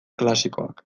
klasikoak